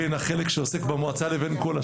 בין החלק שעוסק במועצה לבין כל השאר.